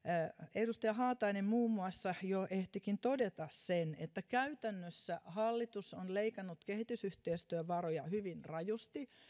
edustaja haatainen muun muassa jo ehtikin todeta sen että käytännössä hallitus on leikannut kehitysyhteistyövaroja hyvin rajusti